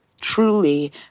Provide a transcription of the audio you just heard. truly